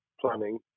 planning